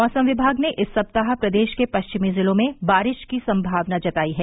मौसम विभाग ने इस सप्ताह प्रदेश के पश्चिमी जिलों में बारिश की संभावना जतायी है